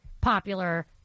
popular